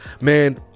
man